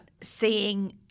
seeing